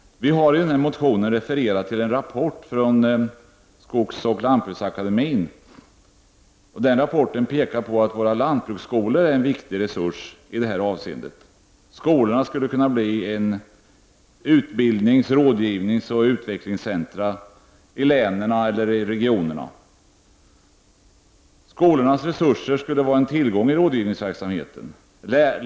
Vi har i denna motion refererat till en rapport från skogsoch lantbruksakademien, där man pekar på att våra lantbruksskolor är en viktig resurs i detta avseende. Skolorna skulle kunna bli utbildnings-, rådgivningsoch utvecklingscentra i länen eller regionerna. Skolornas resurser skulle kunna var en tillgång i rådgivningsverksamheten.